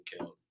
killed